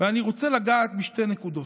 ואני רוצה לגעת בשתי נקודות: